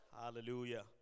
Hallelujah